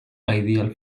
ideal